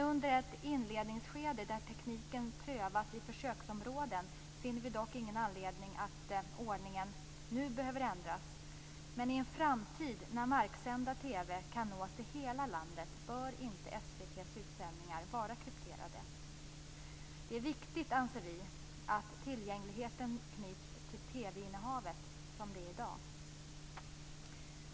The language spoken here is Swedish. Under ett inledningsskede där tekniken prövas i försöksområdena finner vi dock ingen anledning att ordningen nu behöver ändras. Men i en framtid när marksänd TV kan nås i hela landet bör inte SVT:s utsändningar vara krypterade. Det är viktigt, anser vi, att tillgängligheten knyts till TV-innehavet, som det är i dag.